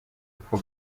uko